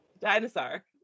Dinosaur